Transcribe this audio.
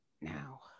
now